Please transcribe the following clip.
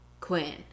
quinn